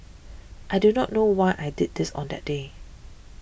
I do not know why I did this on that day